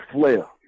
Flair